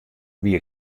wie